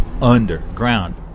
Underground